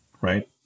right